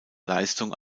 leistung